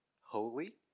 Holy